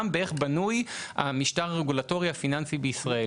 באיך בנוי המשטר הרגולטורי הפיננסי בישראל.